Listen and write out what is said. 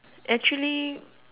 actually